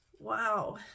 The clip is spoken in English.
Wow